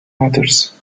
matters